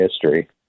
history